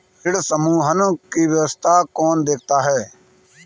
ऋण समूहन की व्यवस्था कौन देखता है?